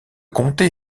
comté